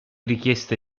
richieste